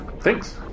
Thanks